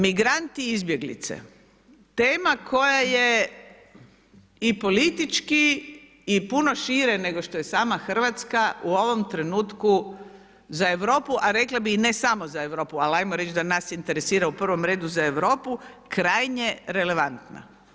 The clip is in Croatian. Migranti izbjeglice, tema koja je i politički i puno šire nego što je sama Hrvatska u ovom trenutku za Europu a rekla bi i ne samo za Europu, ali ajmo reći da nas interesira u prvom redu za Europu, krajnje relevantna.